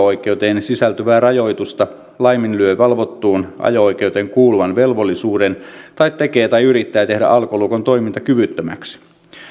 oikeuteen sisältyvää rajoitusta laiminlyö valvottuun ajo oikeuteen kuuluvan velvollisuuden tai tekee tai yrittää tehdä alkolukon toimintakyvyttömäksi